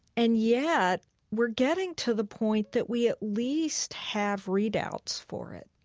and yet we're getting to the point that we at least have readouts for it,